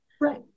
Right